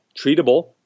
treatable